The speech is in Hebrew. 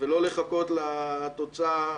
ולא לחכות לתוצאה,